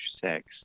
sex